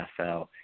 NFL